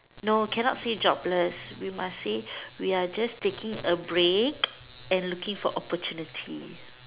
no cannot say jobless we must say we are just taking a break and looking for opportunities